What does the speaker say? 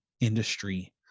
industry